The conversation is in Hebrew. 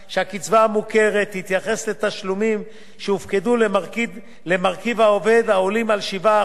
לתשלומים שהופקדו למרכיב העובד העולים על 7% מהשכר הממוצע,